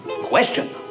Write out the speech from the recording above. Question